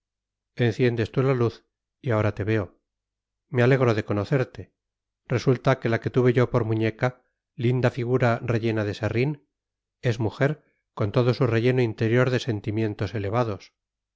yo enciendes tú la luz y ahora te veo me alegro de conocerte resulta que la que yo tuve por muñeca linda figura rellena de serrín es mujer con todo su relleno interior de sentimientos elevados